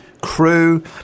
crew